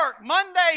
Monday